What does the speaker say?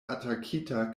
atakita